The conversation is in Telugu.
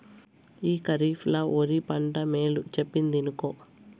ఈ కరీఫ్ ల ఒరి పంట మేలు చెప్పిందినుకో